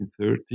1930